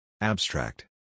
Abstract